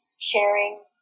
Sharing